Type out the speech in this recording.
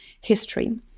history